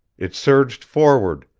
it surged forward.